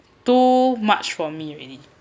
too much for me already